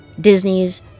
Disney's